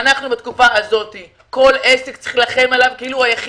שבתקופה הזאת צריך להילחם על כל עסק כאילו הוא העסק